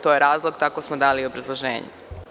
To je razlog i tako smo dali i obrazloženju.